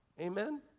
Amen